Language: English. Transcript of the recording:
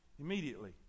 Immediately